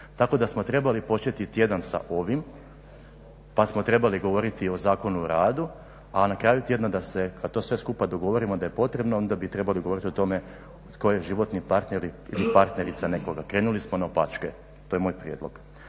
Tako da smo trebali početi tjedan sa ovim pa smo trebali govoriti o Zakonu o radu a na kraju tjedna da se, kad to sve skupa dogovorimo da je potrebno, onda bi trebali govoriti o tome tko je životni parter ili partnerica nekoga. Krenuli smo naopačke, to je moj prijedlog.